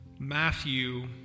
Matthew